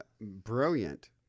brilliant